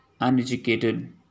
uneducated